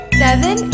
seven